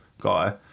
guy